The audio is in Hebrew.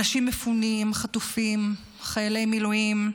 אנשים מפונים, חטופים, חיילי מילואים,